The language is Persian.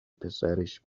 پسرش